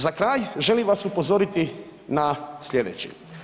Za kraj želim vas upozoriti na slijedeće.